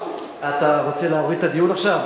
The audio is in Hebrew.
אתה רוצה להוריד את הדיון עכשיו,